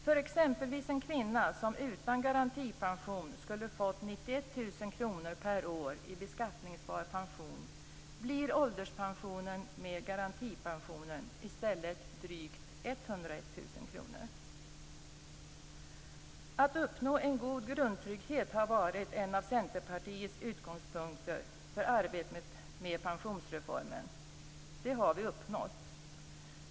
För exempelvis en kvinna som utan garantipension skulle fått 91 000 kr per år i beskattningsbar pension blir ålderspensionen med garantipension i stället drygt Att uppnå en god grundtrygghet har varit en av Centerpartiets utgångspunkter för arbetet med pensionsreformen. Det har vi uppnått.